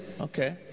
Okay